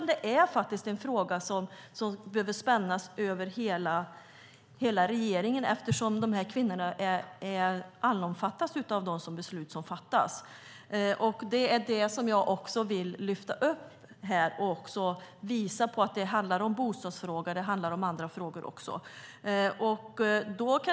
Det är en fråga som behöver spännas över hela regeringen eftersom dessa kvinnor omfattas av alla de beslut som fattas. Det är det jag vill lyfta upp här och nu och visa på att det både handlar om bostadsfrågan och om andra frågor.